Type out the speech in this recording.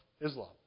Islam